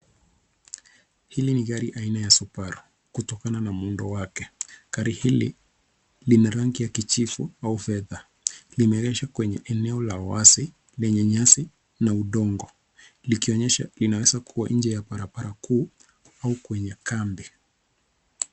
Hili ni gari aina ya subaru kutokana na muundo wake, gari hili lina rangi ya kijivu au fedha, limeegeshwa kwenye eno la wazi lenye nyasi na udongo likionyesha kuwa linaweza kuwa nje ya barabara kuu au kwenye kambi.